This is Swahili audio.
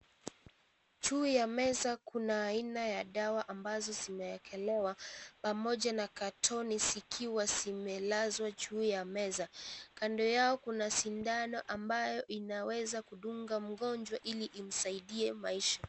Juu ya meza kuna aina ya dawa ambazo zimewekelewa, pamoja na katoni zikiwa zimelazwa juu ya meza. Kando yao, kuna sindano ambayo inaweza kudunga mgonjwa ili imsaidie maisha.